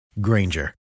Granger